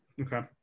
Okay